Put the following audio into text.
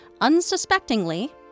Unsuspectingly